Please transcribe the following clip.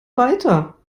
weiter